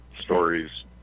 stories